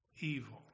evil